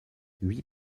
huit